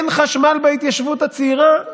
אין חשמל בהתיישבות הצעירה,